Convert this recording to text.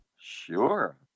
sure